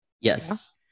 Yes